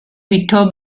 vito